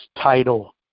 title